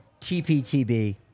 TPTB